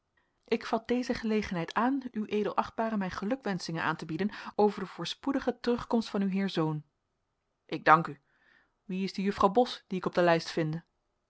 ik vat deze gelegenheid aan uea mijn gelukwenschingen aan te bieden over de voorspoedige terugkomst van uw heer zoon ik dank u wie is die juffrouw bos die ik op de lijst vinde